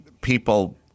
people